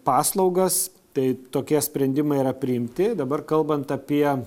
paslaugas tai tokie sprendimai yra priimti dabar kalbant apie